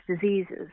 diseases